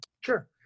sure